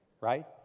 right